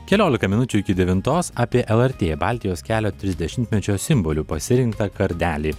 keliolika minučių iki devintos apie lrt baltijos kelio trisdešimtmečio simboliu pasirinktą kardelį